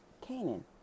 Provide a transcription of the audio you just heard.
Canaan